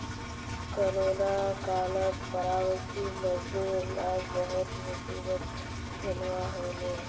corona कालत प्रवासी मजदूर लाक बहुत मुसीबत झेलवा हले